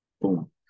Boom